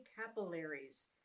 capillaries